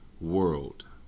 world